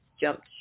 jumped